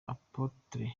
apotre